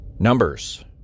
Numbers